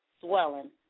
swelling